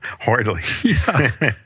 hardly